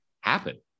happen